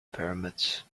pyramids